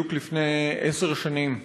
בדיוק לפני עשר שנים.